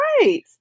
right